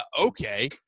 okay